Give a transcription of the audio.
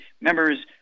members